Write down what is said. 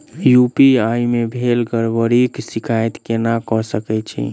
UPI मे भेल गड़बड़ीक शिकायत केना कऽ सकैत छी?